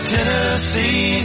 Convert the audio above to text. Tennessee